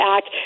Act